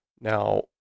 Now